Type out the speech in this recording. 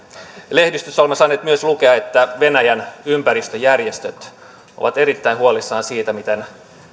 lehdistöstä olemme saaneet myös lukea että venäjän ympäristöjärjestöt ovat erittäin huolissaan siitä miten